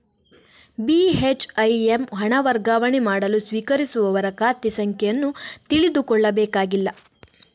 ಬಿ.ಹೆಚ್.ಐ.ಎಮ್ ಹಣ ವರ್ಗಾವಣೆ ಮಾಡಲು ಸ್ವೀಕರಿಸುವವರ ಖಾತೆ ಸಂಖ್ಯೆ ಅನ್ನು ತಿಳಿದುಕೊಳ್ಳಬೇಕಾಗಿಲ್ಲ